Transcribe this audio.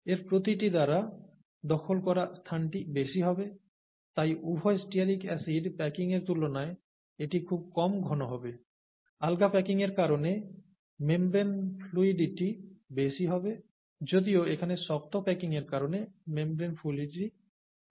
এর প্রতিটি দ্বারা দখল করা স্থানটি বেশি হবে তাই উভয় স্টিয়ারিক অ্যাসিড প্যাকিংয়ের তুলনায় এটি খুব কম ঘন হবে আলগা প্যাকিংয়ের কারণে 'membrane fluidity' বেশি হবে যদিও এখানে শক্ত প্যাকিংয়ের কারণে 'membrane fluidity' কম হবে